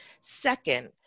Second